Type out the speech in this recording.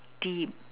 deep